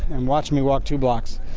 and watch me walk two blocks,